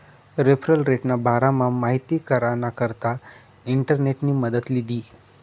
referral रेटना बारामा माहिती कराना करता इंटरनेटनी मदत लीधी